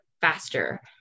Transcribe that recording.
faster